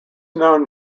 known